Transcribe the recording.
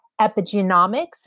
epigenomics